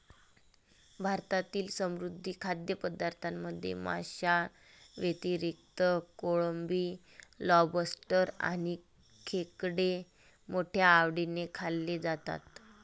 भारतातील समुद्री खाद्यपदार्थांमध्ये माशांव्यतिरिक्त कोळंबी, लॉबस्टर आणि खेकडे मोठ्या आवडीने खाल्ले जातात